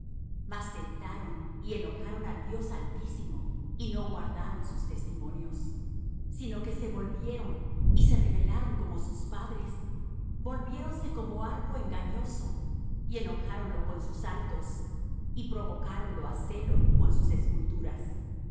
mas tentaron y enojaron al dios altísimo y no guardaron sus testimonios sino que se volvieron y se rebelaron como sus padres volviéronse como arco engañoso y enojáronlo con sus altos y provocáronlo á celo con sus esculturas